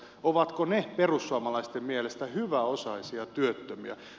ovatko he perussuomalaisten mielestä hyväosaisia työttömiä